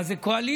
מה זאת קואליציה.